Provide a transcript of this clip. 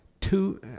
two